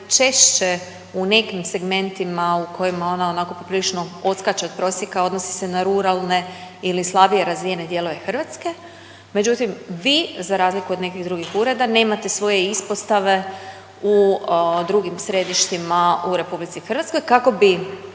najčešće u nekim segmentima u kojima ona onako poprilično odskače od prosjeka odnosi se na ruralne ili slabije razvijene dijelove Hrvatske međutim vi za razliku od nekih drugih ureda nemate svoje ispostave u drugim središtima u RH kako bi